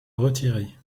retirer